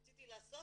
כשרציתי לעשות,